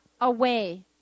away